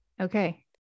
Okay